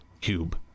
cube